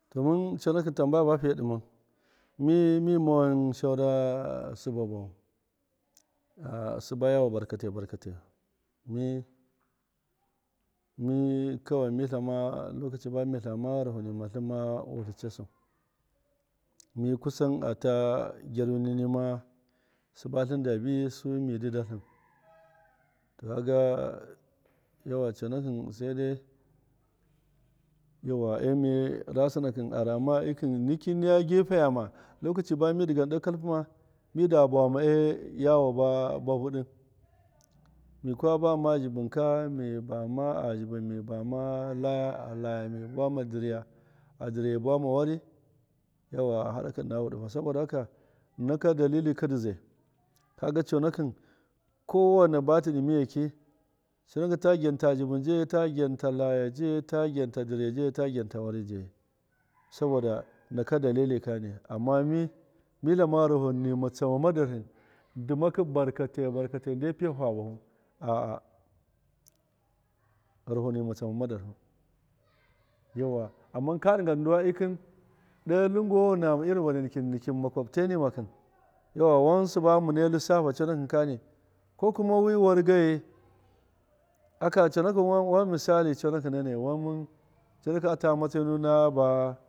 To mɨn conakɨn tambaya bafiya ɗɨman mi- mima wan saura sɨbabawu a siba yawo barkatai barkatai mi kawai mi tlama lokaci bami tlama ba gharaho nima tlɨnma wutlɨ casu mi kusan ata gyaruni nima sɨba tlɨda vi su mi dɨ datlɨn to kaga ewa conakin sede yauwa e miye ra sɨnakɨn arama nɨkɨn niya gefeyama lokaci ba midɨgan ɗe kalpɨma mida bawama e- yawo ba viɗɨ mikwa bama zhɨbɨnka mi bama a zhɨbin mi bama laya a laya mi boma dirya a dirya mi boma wari yauwa haɗakɨ ɨna wuɗufa naka dalilika dɨ zai kaga conakɨn ko waina ba tɨdɨ miyeki conakin ta gyam ta zhɨbɨn jeyi. ta gyam ta laya jeyi. ta gyam ta dirya jeyi ta gyam ta wari jeyi saboda naka dalilikani ama mi- mi tlama gharaho nima tsama ma darhɨ ndimakɨ barkatai nde piyafu ha bafu gharaho nima tsama darhu yau ama ka ɗɨnga du nduwa ikin ɗe lunguwawo nama irin vare nikɨn nikin makotaiyamakɨn yauwa wan siba mɨne lifsafa conakɨn kani ko kuma wi war gaiyi aka conakɨn wan mɨsali conakɨnanai conakɨn wan mɨn ata matsayi nuwin ba.